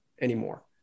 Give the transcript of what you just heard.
anymore